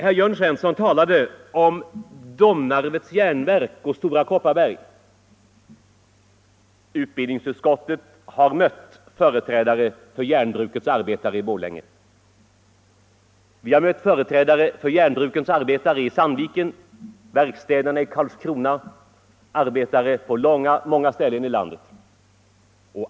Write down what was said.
Herr Jörn Svensson i Malmö talade om Domnarvets Jernverk och Stora Kopparberg. Utbildningsutskottet har mött företrädare för järnbrukets arbetare i Borlänge. Vi har mött företrädare för järnbrukets arbetare i Sandviken, företrädare för arbetarna vid verkstäderna i Karlskrona och företrädare för arbetarna på många andra ställen i landet.